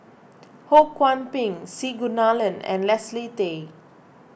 Ho Kwon Ping C Kunalan and Leslie Tay